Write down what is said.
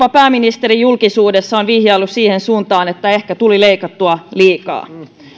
pääministeri julkisuudessa on vihjaillut siihen suuntaan että ehkä tuli leikattua liikaa